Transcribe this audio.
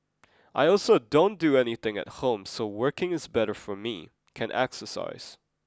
I also don't do anything at home so working is better for me can exercise